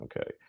Okay